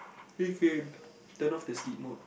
they can turn off the sleep mode